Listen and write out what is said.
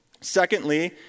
Secondly